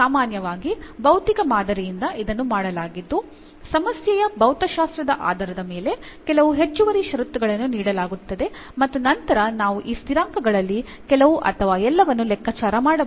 ಸಾಮಾನ್ಯವಾಗಿ ಭೌತಿಕ ಮಾದರಿಯಿಂದ ಇದನ್ನು ಮಾಡಲಾಗಿದ್ದು ಸಮಸ್ಯೆಯ ಭೌತಶಾಸ್ತ್ರದ ಆಧಾರದ ಮೇಲೆ ಕೆಲವು ಹೆಚ್ಚುವರಿ ಷರತ್ತುಗಳನ್ನು ನೀಡಲಾಗುತ್ತದೆ ಮತ್ತು ನಂತರ ನಾವು ಈ ಸ್ಥಿರಾಂಕಗಳಲ್ಲಿ ಕೆಲವು ಅಥವಾ ಎಲ್ಲವನ್ನು ಲೆಕ್ಕಾಚಾರ ಮಾಡಬಹುದು